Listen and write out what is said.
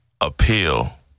appeal